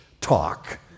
talk